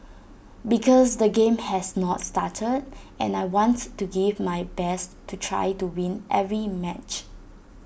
because the game has not started and I wants to give my best to try to win every match